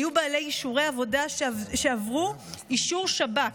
היו בעלי אישורי עבודה שעברו אישור שב"כ.